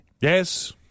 yes